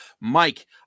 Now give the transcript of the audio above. Mike